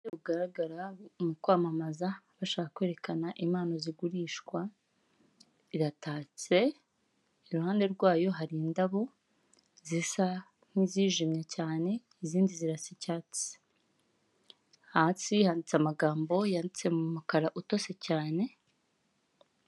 Abakobwa batatu bicaye imbere y'ameza bambaye imyenda y'imihondo, inyuma y'aho kugikuta hamanitse tereviziyo irimo ibara ry'umuhondo. Inyuma y'aho Kandi hari umugabo wambaye umupira w'umuhondo n'ingofero y'umuhondo. Imbere yayo meza har'undi mukobwa muremure wambaye ipantaro ya kacyi ndetse n'ishati idafite amaboko, imisatsi miremire myiza y'umukara.